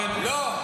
לא, לא.